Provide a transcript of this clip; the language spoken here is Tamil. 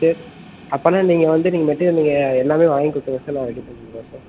சரி அப்படினா நீங்கள் வந்து நீங்கள் மெட்டிரியல் நீங்கள் எல்லாமே வாங்கி கொடுத்தா தான் சார் நாங்கள் ரெடி பண்ணி வந்துடுவோம் சார்